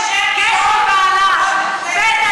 תודה, תודה.